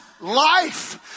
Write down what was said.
life